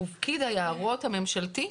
ופקיד היערות הממשלתי.